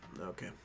Okay